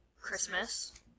Christmas